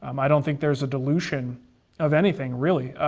um i don't think there's a dilution of anything really.